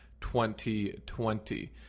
2020